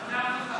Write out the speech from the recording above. החוק.